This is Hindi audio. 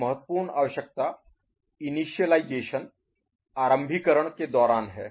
एक महत्वपूर्ण आवश्यकता इनिशियलाईज़ेशन Initialisation आरंभीकरण के दौरान है